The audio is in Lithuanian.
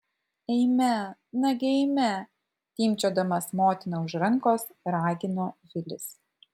eime nagi eime timpčiodamas motiną už rankos ragino vilis